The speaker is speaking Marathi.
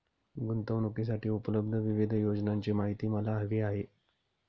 गुंतवणूकीसाठी उपलब्ध विविध योजनांची माहिती मला हवी आहे